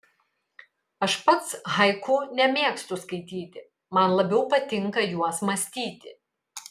aš pats haiku nemėgstu skaityti man labiau patinka juos mąstyti